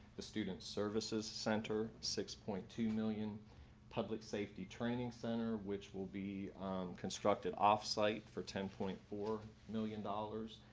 the student services center six point two million public safety training center, which will be constructed off site for ten point four million dollars.